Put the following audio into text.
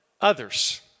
others